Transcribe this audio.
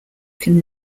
can